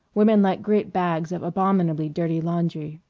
women like great bags of abominably dirty laundry.